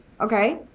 okay